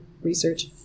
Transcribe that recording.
research